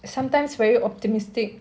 sometimes very optimistic